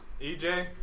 EJ